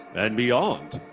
and beyond.